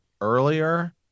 earlier